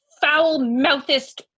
foul-mouthest